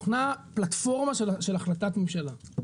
הוכנה פלטפורמה של החלטת ממשלה,